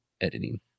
editing